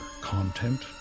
Content